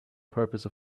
purpose